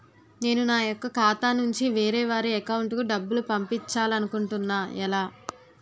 నేను నా యెక్క ఖాతా నుంచి వేరే వారి అకౌంట్ కు డబ్బులు పంపించాలనుకుంటున్నా ఎలా?